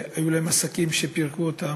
היו שם גם אנשים שהיו להם עסקים, שפירקו אותם,